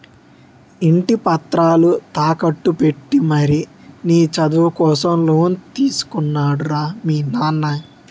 ఇంటి పత్రాలు తాకట్టు పెట్టి మరీ నీ చదువు కోసం లోన్ తీసుకున్నాడు రా మీ నాన్న